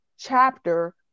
chapter